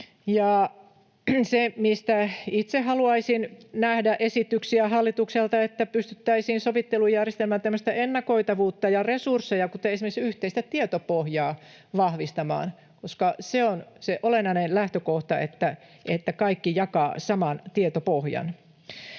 Se, mistä itse haluaisin nähdä esityksiä hallitukselta, on se, että pystyttäisiin sovittelujärjestelmän tämmöistä ennakoitavuutta ja resursseja, esimerkiksi yhteistä tietopohjaa, vahvistamaan, koska se on se olennainen lähtökohta, että kaikki jakavat saman tietopohjan.